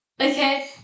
Okay